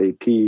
AP